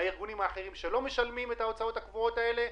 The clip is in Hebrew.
קצת יותר מהארגונים האחרים שלא משלמים את ההוצאות הקבועות האלו.